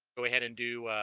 go ahead and do